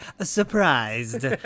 surprised